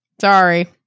Sorry